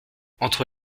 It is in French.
entre